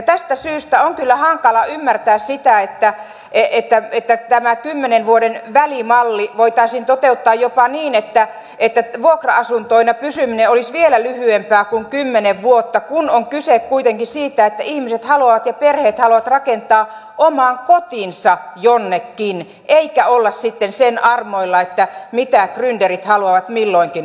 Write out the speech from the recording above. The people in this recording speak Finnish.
tästä syystä on kyllä hankala ymmärtää sitä että tämä kymmenen vuoden välimalli voitaisiin toteuttaa jopa niin että vuokra asuntoina pysyminen olisi vielä lyhyempää kuin kymmenen vuotta kun on kyse kuitenkin siitä että ihmiset haluavat ja perheet haluavat rakentaa oman kotinsa jonnekin eivätkä olla sitten sen armoilla mitä grynderit haluavat milloinkin rakentaa